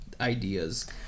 ideas